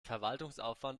verwaltungsaufwand